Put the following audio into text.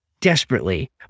desperately